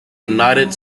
united